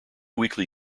weekly